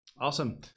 Awesome